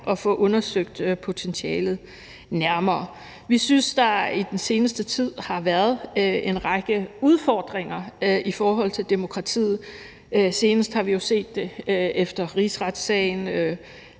og få undersøgt potentialet nærmere. Vi synes, at der i den seneste tid har været en række udfordringer for demokratiet. Senest har vi jo set det med rigsretssagen,